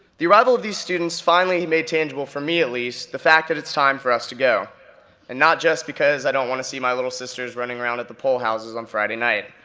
the arrival of these students finally made tangible, for me at least, the fact that it's time for us to go, and not just because i don't wanna see my little sisters running around at the pole houses on friday night.